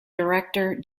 director